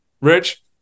rich